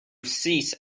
cease